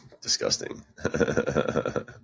Disgusting